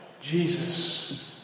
Jesus